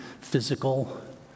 physical